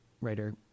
writer